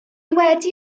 wedi